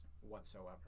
whatsoever